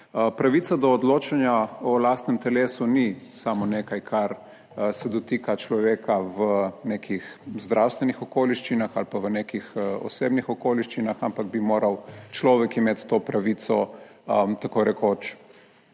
Pravica do odločanja o lastnem telesu ni samo nekaj, kar se dotika človeka v nekih zdravstvenih okoliščinah ali pa v nekih osebnih okoliščinah, ampak bi moral človek imeti to pravico tako rekoč,